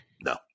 No